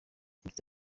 yagize